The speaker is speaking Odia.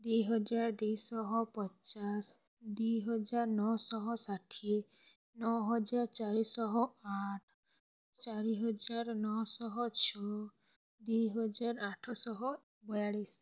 ଦୁଇ ହଜାର ଦୁଇ ଶହ ପଚାଶ ଦୁଇ ହଜାର ନଅ ଶହ ଷାଠିଏ ନଅ ହଜାର ଚାରି ଶହ ଆଠ ଚାରି ହଜାର ନଅ ଶହ ଛଅ ଦୁଇ ହଜାର ଆଠ ଶହ ବୟାଳିଶି